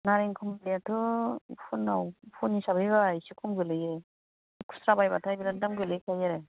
नारें खमलायाथ' फनाव फन हिसाबैबा एसे खम गोलैयो खुस्रा बायबाथाय बेराथ दाम गोलैखायो आरो